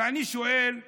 ואני שואל אתכם,